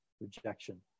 rejection